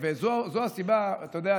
אתה יודע,